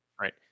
Right